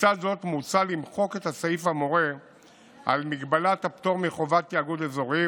לצד זאת מוצע למחוק את הסעיף המורה על מגבלת הפטור מחובת תיאגוד אזורי,